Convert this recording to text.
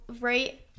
right